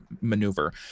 maneuver